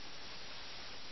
ഇതാ ഇവിടെ വീണ്ടും ചെക്ക്